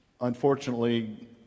unfortunately